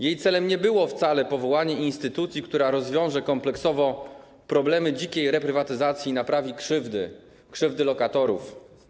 Jej celem nie było wcale powołanie instytucji, która rozwiąże kompleksowo problemy dzikiej reprywatyzacji i naprawi krzywdy lokatorów.